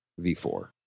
V4